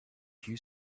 few